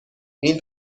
این